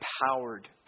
empowered